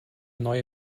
neue